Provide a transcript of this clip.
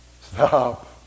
Stop